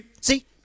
See